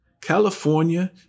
California